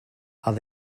are